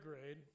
grade